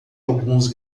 alguns